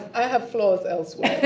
i have flaws elsewhere.